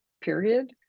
period